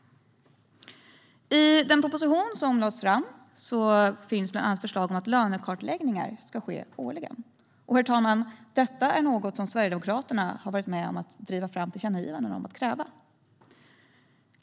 I den proposition som har lagts fram finns bland annat förslag om att lönekartläggningar ska ske årligen. Krav på detta, herr talman, är något som Sverigedemokraterna har varit med om att driva fram tillkännagivanden om.